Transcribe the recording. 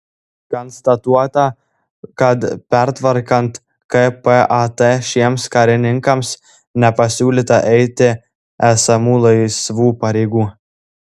konstatuota kad pertvarkant kpat šiems karininkams nepasiūlyta eiti esamų laisvų pareigų